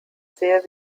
sehr